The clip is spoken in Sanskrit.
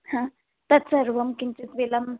हा तत्सर्वं किञ्चित् विलम्बः